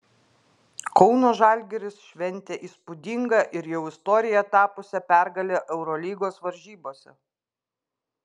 kauno žalgiris šventė įspūdingą ir jau istorija tapusią pergalę eurolygos varžybose